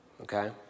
Okay